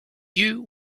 you